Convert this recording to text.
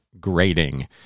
grading